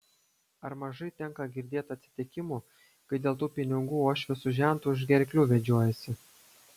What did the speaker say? ar mažai tenka girdėt atsitikimų kai dėl tų pinigų uošvis su žentu už gerklių vedžiojasi